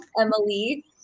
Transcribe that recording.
emily